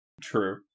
True